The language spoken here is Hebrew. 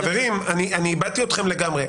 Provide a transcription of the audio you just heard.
חברים, איבדתי אתכם לגמרי.